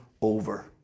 over